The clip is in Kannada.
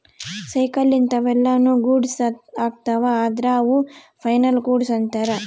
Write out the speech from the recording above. ಸೈಕಲ್ ಇಂತವೆಲ್ಲ ನು ಗೂಡ್ಸ್ ಅಗ್ತವ ಅದ್ರ ಅವು ಫೈನಲ್ ಗೂಡ್ಸ್ ಅಂತರ್